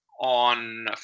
on